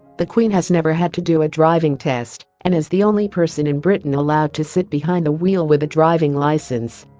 the queen has never had to do a driving test and is the only person in britain allowed to sit behind the wheel with a driving licence